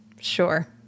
Sure